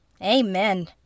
Amen